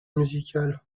musicale